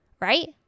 right